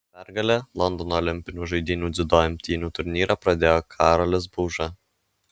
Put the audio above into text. pergale londono olimpinių žaidynių dziudo imtynių turnyrą pradėjo karolis bauža